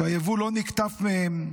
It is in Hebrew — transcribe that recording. היבול לא נקטף מהם והם